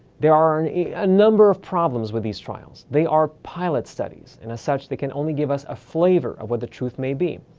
there are and a a number of problems with these trials. they are pilot studies, and as such they can only give us a flavour of what the truth may be.